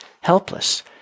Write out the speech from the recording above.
helpless